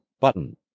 Button